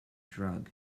drug